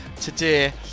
today